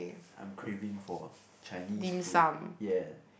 I'm craving for Chinese food ya